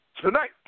Tonight